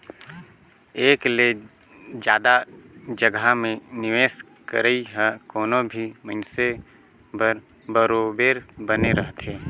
एक ले जादा जगहा में निवेस करई ह कोनो भी मइनसे बर बरोबेर बने रहथे